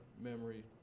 memory